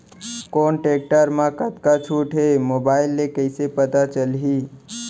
कोन टेकटर म कतका छूट हे, मोबाईल ले कइसे पता चलही?